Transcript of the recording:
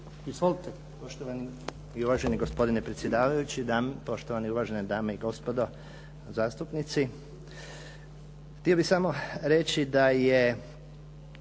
Krešimir** Poštovani i uvaženi gospodine predsjedavajući, poštovane i uvažene dame i gospodo zastupnici. Htio bih samo reći da su